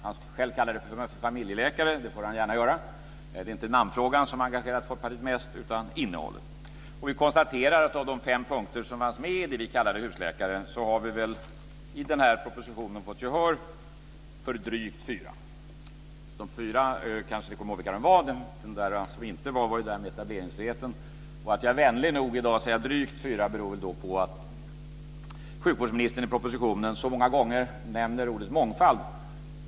Han själv kallar det för familjeläkare, och det får han gärna göra. Det är inte namnfrågan som har engagerat Folkpartiet mest utan innehållet. Vi konstaterar att av de fem punkter som fanns med i det vi kallade husläkare har vi i den här propositionen fått gehör för drygt fyra. De fyra kanske vi vet vilka det är. Den som inte vara med var etableringsfriheten. Att jag är vänlig nog i dag att säga drygt fyra beror på att sjukvårdsministern i propositionen så många gånger nämner ordet mångfald.